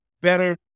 better